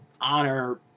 honor